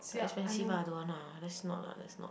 but expensive ah don't want lah let's not lah let's not